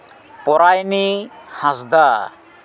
ᱯᱚᱨᱟᱭᱚᱱᱤ ᱦᱟᱸᱥᱫᱟ